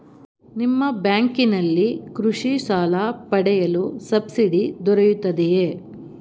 ನಿಮ್ಮ ಬ್ಯಾಂಕಿನಲ್ಲಿ ಕೃಷಿ ಸಾಲ ಪಡೆಯಲು ಸಬ್ಸಿಡಿ ದೊರೆಯುತ್ತದೆಯೇ?